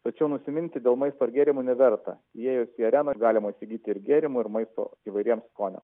tačiau nusiminti dėl maisto ir gėrimų neverta įėjus į areną galima įsigyti ir gėrimų ir maisto įvairiems skoniam